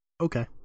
okay